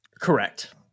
Correct